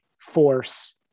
force